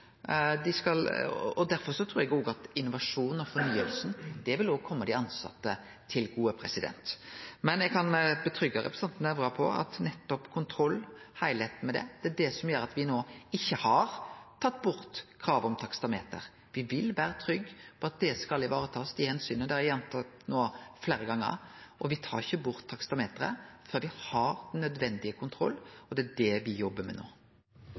Derfor trur eg at innovasjon og fornying òg vil kome dei tilsette til gode. Men eg kan forsikre representanten Nævra om at nettopp kontroll og heilheita ved det er det som gjer at me no ikkje har tatt bort kravet om taksameter. Me vil vere trygge på at dei omsyna skal varetakast – det har eg gjentatt no fleire gonger. Me tar ikkje bort taksameteret før me har nødvendig kontroll, og det er det me jobbar med no.